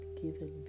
given